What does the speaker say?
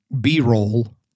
B-roll